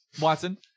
Watson